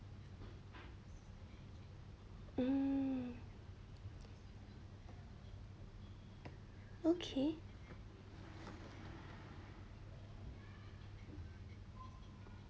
mm okay